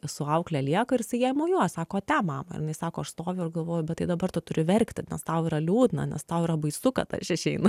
su aukle lieka ir jisai jai mojuoja sako ate mama ir jinai sako aš stoviu ir galvoju bet tai dabar tu turi verkti nes tau yra liūdna nes tau yra baisu kad aš išeinu